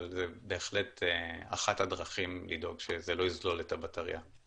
אבל זו בהחלט אחת הדרכים לדאוג שזה יזלול את הבטרייה.